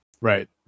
Right